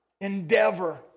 endeavor